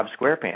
SquarePants